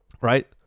Right